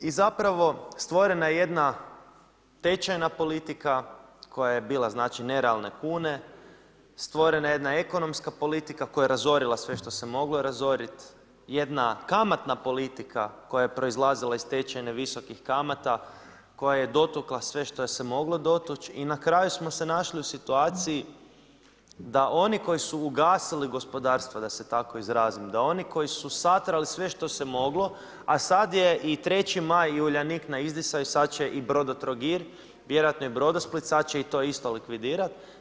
I zapravo, stvorena je jedna tečajna politika koja je bila, znači, nerealne kune, stvorena je jedna ekonomska politika koja je razorila sve što se moglo razoriti, jedna kamatna politika koja je proizlazila iz tečajne visokih kamata, koja je dotukla sve što se moglo dotući i na kraju smo se našli u situaciji da oni koji su ugasili gospodarstvo, da se tako izrazim, da oni koji su satrali sve što se moglo, a sad je i 3. maj i Uljanik na izdisaju, sad će i Brodotrogir, vjerojatno i Brodosplit, sad će i to isto likvidirati.